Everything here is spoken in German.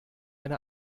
eine